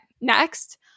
next